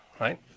right